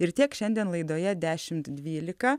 ir tiek šiandien laidoje dešimt dvylika